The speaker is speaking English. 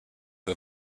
who